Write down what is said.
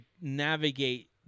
navigate